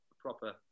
proper